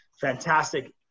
Fantastic